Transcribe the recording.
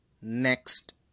Next